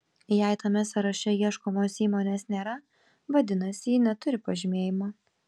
jei tame sąraše ieškomos įmonės nėra vadinasi ji neturi pažymėjimo